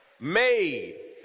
Made